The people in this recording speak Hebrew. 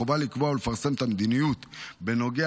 החובה לקבוע ולפרסם את המדיניות בנוגע